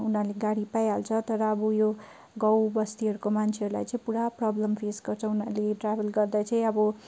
उनीहरूले गाडी पाइहाल्छ तर अब उयो गाउँ बस्तीहरूको मान्छेहरूलाई चाहिँ पुरा प्रोब्लम फेस गर्छ उनीहरूले ट्राभल गर्दा चाहिँ अब